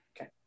Okay